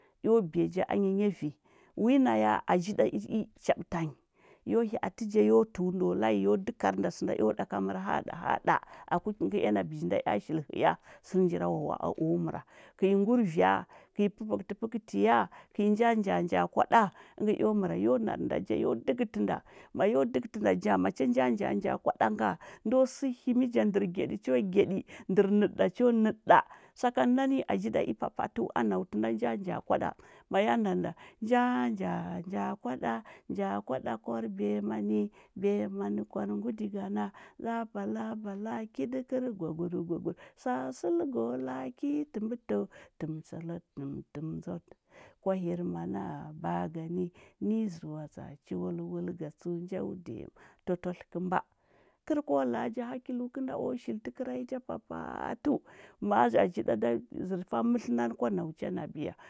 Eo biya ja anya nyavi, wi naya, aji ɗa i i chaɓətanyi, yo hya atə a yo təu nda o layi yo dəkar nda sənda eo ɗaka mər haɗa haɗa. aku ki kəea na bəji nda ea shili həya, sə ngə njirawawa a o məra. Kə i ngurvya, kə i pə pəkətəpəkətiya, kə i nja nja nja kwaɗa, əngə eo məra. Yo nar nda ja, yo dəkətə nda. Ma yo dəkətə nda ja, macha nja nja nja kwaɗa nga, ndo səhimi ja. Ndər gyaɗi cho gyaɗi, ndər nəɗə ɗa cho nəɗə ɗa. Sakanə nani, aji ɗa i papatəu, a nau tə nda nja nja kwaɗa. Ma ya nar nda: nja nja nja kwaɗa, nja kwaɗa kwar biyamani, biyamani kwar ngudigana, labala bala kiɗəkər gwaguɗəgwaguɗə sasəlga o la ki nyi tə mbəta o, təm salatə təmtəm ndzwatə. Kwahir mana bagani, nə nyi zəwa tsa chiwulwul ga tsəu nja ma a tatwatlə kənda. Kər k la a ja hakilu kənda o shili təkəra ya ja papatəu. ma a ja aji ɗa da zər fa mətlə kwa nau cha nabiya.